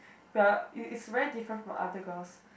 the it's it's very different from other girls